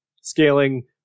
Scaling